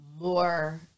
more